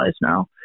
now